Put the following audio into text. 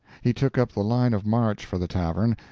he took up the line of march for the tavern,